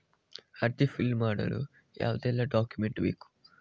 ಅರ್ಜಿ ಫಿಲ್ ಮಾಡಲು ಯಾವುದೆಲ್ಲ ಡಾಕ್ಯುಮೆಂಟ್ ಬೇಕು?